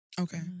Okay